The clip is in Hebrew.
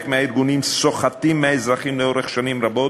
מהארגונים סוחטים מהאזרחים לאורך שנים רבות,